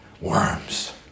worms